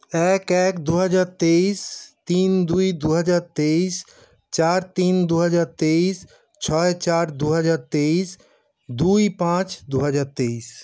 এক এক দু হাজার তেইশ তিন দুই দু হাজার তেইশ চার তিন দু হাজার তেইশ ছয় চার দু হাজার তেইশ দুই পাঁচ দু হাজার তেইশ